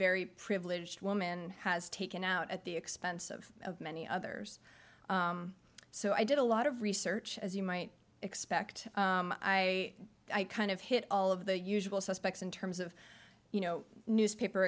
very privileged woman has taken out at the expense of many others so i did a lot of research as you might expect i kind of hit all of the usual suspects in terms of you know newspaper